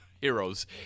Heroes